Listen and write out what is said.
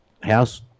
house